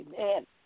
Amen